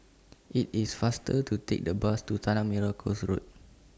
IT IS faster to Take The Bus to Tanah Merah Coast Road